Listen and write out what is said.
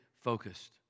focused